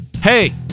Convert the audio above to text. Hey